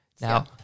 Now